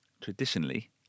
traditionally